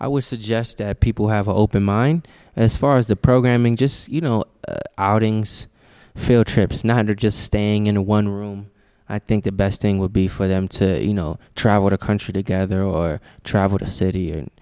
i would suggest people have open mind as far as the programming just you know outings field trips nine hundred just staying in a one room i think the best thing would be for them to you know travel the country together or travel to a city and